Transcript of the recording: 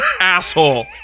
asshole